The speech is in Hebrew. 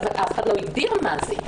אבל אף אחד לא הגדיר מה זה.